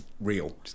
real